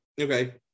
Okay